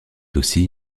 aussi